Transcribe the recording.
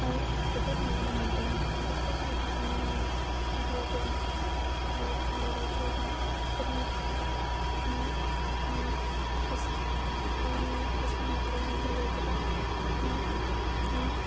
जोबोर मोजां मोन्दों ससियेल मेडियायाव होनाय भिडिअफोरनि आरो बायदि बायदिफोरनि थाखाय आं आंनि गावनि मोसानाय आरिनायफोरखौ गोबां आं